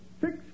Six